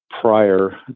prior